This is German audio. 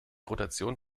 rotation